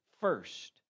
first